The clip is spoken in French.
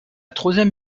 troisième